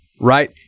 Right